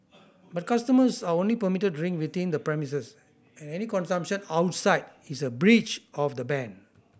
but customers are only permitted to drink within the premises and any consumption outside is a breach of the ban